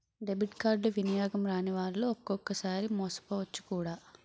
debit కార్డులు వినియోగం రానివాళ్లు ఒక్కొక్కసారి మోసపోవచ్చు కూడా